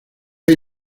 hay